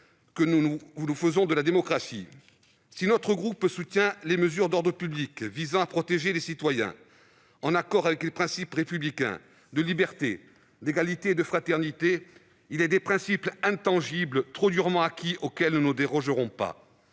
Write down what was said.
que nous nous faisons de la démocratie. Si notre groupe soutient les mesures d'ordre public visant à protéger les citoyens, en accord avec les principes républicains de liberté, d'égalité et de fraternité, il est des principes intangibles trop durement acquis auxquels nous refusons de